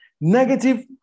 negative